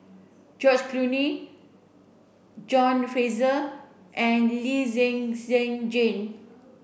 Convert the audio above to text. George John Fraser and Lee Zhen Zhen Jane